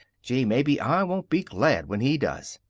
gee, maybe i won't be glad when he does!